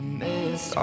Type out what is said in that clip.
miss